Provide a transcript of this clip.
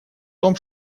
том